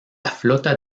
flota